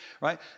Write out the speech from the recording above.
right